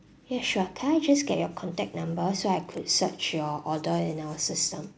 yeah sure can I just get your contact number so I could search your order in our system